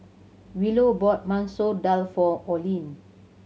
Willow bought Masoor Dal for Olene